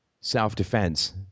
self-defense